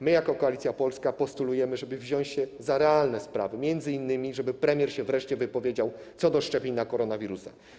My jako Koalicja Polska postulujemy, żeby wziąć się za realne sprawy, m.in. żeby premier się wreszcie wypowiedział co do szczepień na koronawirusa.